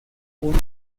una